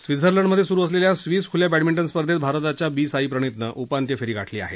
Switzerland मध्ये सुरू असलेल्या स्विस खुल्या बद्दमिंटन स्पर्धेत भारताच्या बी साई प्रणितनं उपांत्य फेरी गाठली आहे